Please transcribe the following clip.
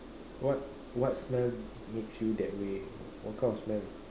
what what smell makes you that way what kind of smell